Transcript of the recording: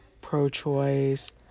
pro-choice